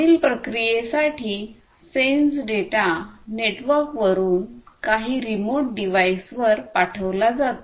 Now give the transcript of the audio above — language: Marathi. पुढील प्रक्रिये साठी सेन्स्ड डेटा नेटवर्कवरून काही रिमोट डिव्हाइसवर पाठविला जातो